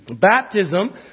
baptism